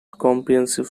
comprehensive